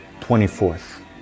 24th